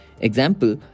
Example